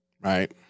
Right